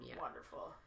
Wonderful